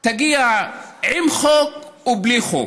עם חוק ובלי חוק.